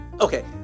Okay